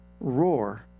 roar